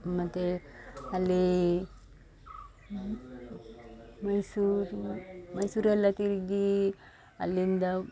ಮತ್ತು ಅಲ್ಲಿ ಮೈಸೂರಿನ ಮೈಸೂರೆಲ್ಲ ತಿರುಗಿ ಅಲ್ಲಿಂದ